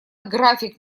график